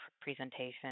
presentation